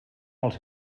els